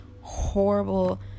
horrible